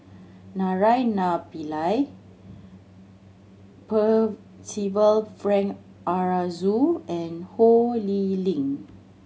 Naraina Pillai Percival Frank Aroozoo and Ho Lee Ling